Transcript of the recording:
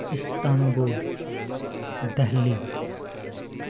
Istanbul Delhi